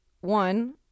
One